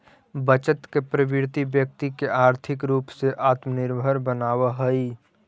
बचत के प्रवृत्ति व्यक्ति के आर्थिक रूप से आत्मनिर्भर बनावऽ हई